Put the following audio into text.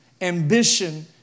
Ambition